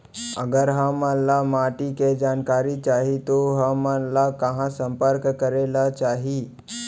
अगर हमन ला माटी के जानकारी चाही तो हमन ला कहाँ संपर्क करे ला चाही?